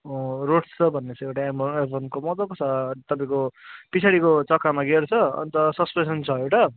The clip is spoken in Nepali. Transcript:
रोस्टर भन्ने छ एउटा एभन एभनको मजाको छ तपाईँको पछाडिको चक्कामा गियर छ अन्त सस्पेन्सन छ एउटा